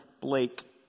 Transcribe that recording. Blake